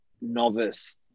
novice